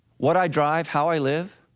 what i drive, how i live,